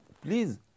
please